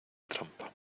trampa